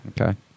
Okay